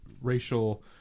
racial